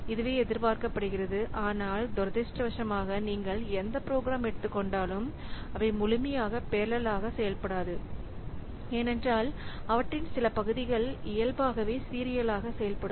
இதுவே எதிர்பார்க்கப்படுகிறது ஆனால் துரதிஷ்டவசமாக நீங்கள் எந்த ப்ரோக்ராம் எடுத்துக்கொண்டாலும் அவை முழுமையாக பெரலல்லாக செயல்படாது ஏனென்றால் அவற்றின் சில பகுதிகள் இயல்பாகவே சீரியலாக செயல்படும்